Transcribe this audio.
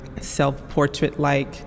self-portrait-like